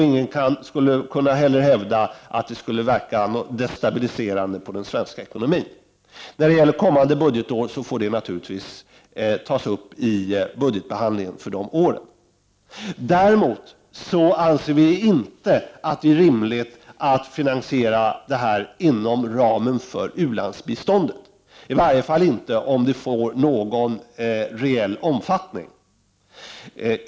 Ingen skall kunna hävda att det skulle verka destabiliserande på den svenska ekonomin. När det gäller kommande budgetår får det naturligtvis tas upp i budgetbehandlingar för de åren. Däremot anser vi inte att det är rimligt att finansiera detta inom ramen för u-landsbiståndet, i varje fall inte om det får någon reell omfattning.